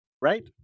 right